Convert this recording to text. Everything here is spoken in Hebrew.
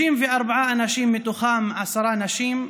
64 אנשים, מתוכם עשר נשים,